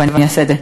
ואני אעשה את זה.